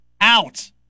Out